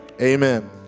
Amen